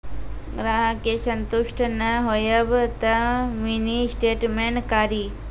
ग्राहक के संतुष्ट ने होयब ते मिनि स्टेटमेन कारी?